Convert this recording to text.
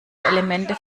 elemente